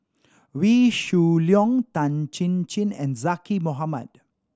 Wee Shoo Leong Tan Chin Chin and Zaqy Mohamad